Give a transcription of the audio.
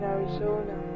Arizona